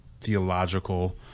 theological